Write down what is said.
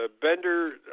Bender